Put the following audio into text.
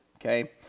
okay